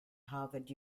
harvard